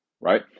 right